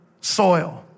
soil